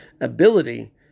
ability